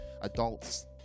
Adults